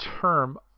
term